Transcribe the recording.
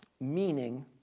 meaning